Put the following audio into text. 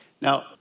Now